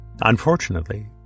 Unfortunately